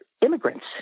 immigrants